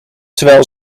terwijl